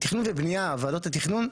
תכנון ובנייה, ועדות התכנון,